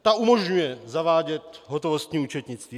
Ta umožňuje zavádět hotovostní účetnictví.